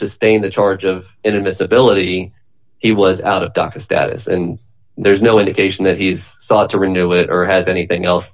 sustained the charge of inadmissibility he was out of dhaka status and there's no indication that he's sought to renew it or had anything else